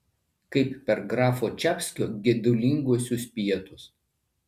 kaip per grafo čapskio gedulinguosius pietus